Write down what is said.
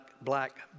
black